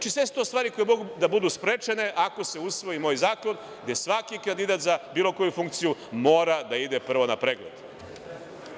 To su sve stvari koje bi mogle biti sprečene ako se usvoji moj zakon gde svaki kandidat za bilo koju funkciju mora da ide prvo na pregled.